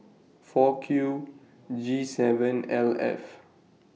four Q G seven L F